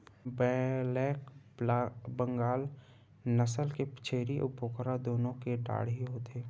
black Bengal नसल के छेरी अउ बोकरा दुनो के डाढ़ही होथे